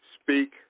speak